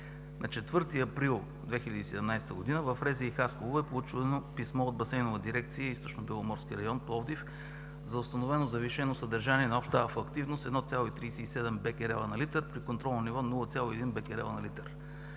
На 4 април 2017 г. в РЗИ-Хасково е получено писмо от Басейнова дирекция „Източнобеломорски район“ – Пловдив за установено завишено съдържание на обща алфа-активност 1,37 бекерела на литър при контролно ниво 0,1 бекерела на литър,